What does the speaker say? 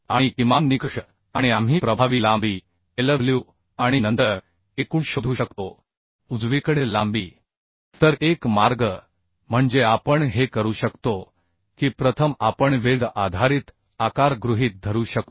आणि किमान निकष आणि आपण प्रभावी लांबी एलडब्ल्यू आणि नंतर एकूण शोधू शकतो लांबी तर एक मार्ग म्हणजे आपण हे करू शकतो की प्रथम आपण वेल्ड आधारित आकार गृहीत धरू शकतो